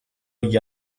gli